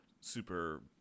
super